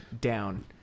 down